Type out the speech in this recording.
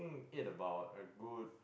ate about a good